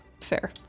Fair